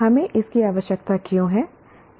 हमें इसकी आवश्यकता क्यों है